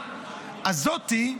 הזאת,